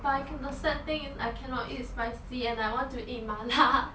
but I can~ the sad thing is I cannot eat spicy and I want to eat 麻辣